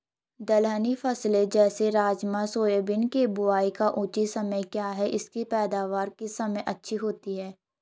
दलहनी फसलें जैसे राजमा सोयाबीन के बुआई का उचित समय क्या है इसकी पैदावार किस समय अच्छी होती है?